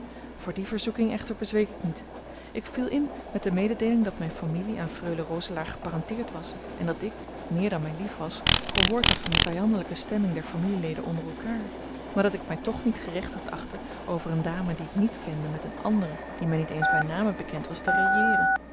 voor die verzoeking echter bezweek ik niet ik viel in met de mededeeling dat mijne familie aan freule roselaer geparenteerd was en dat ik meer dan mij lief was gehoord had van de vijandelijke stemming der familieleden onder elkaar maar dat ik mij toch niet gerechtigd achtte over eene dame die ik niet kende met eene andere die mij niet eens bij name bekend was